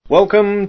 Welcome